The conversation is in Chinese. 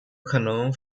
可能